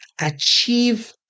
achieve